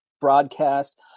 broadcast